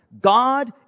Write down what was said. God